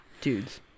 Dudes